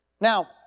Now